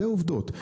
זה עובדות,